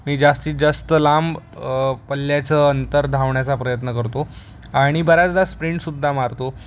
मी जास्तीत जास्त लांब पल्ल्याचं अंतर धावण्याचा प्रयत्न करतो आणि बऱ्याचदा स्प्रिंटसुद्धा मारतो